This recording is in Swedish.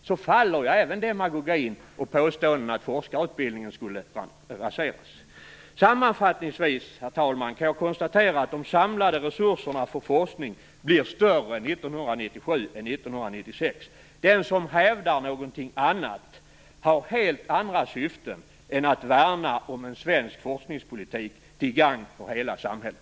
Då faller ju även demagogin och påståendena att forskarutbildningen skulle raseras. Herr talman! Sammanfattningsvis kan jag konstatera att de samlade resurserna för forskning blir större 1997 än 1996. Den som hävdar någonting annat har helt andra syften än att värna om en svensk forskningspolitik till gagn för hela samhället.